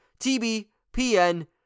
TBPN